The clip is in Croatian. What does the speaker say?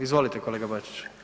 Izvolite kolega Bačić.